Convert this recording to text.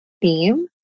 theme